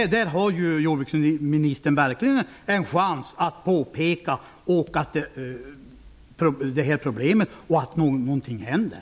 Där har jordbruksministern verkligen en chans att påpeka problemet och se till att någonting händer.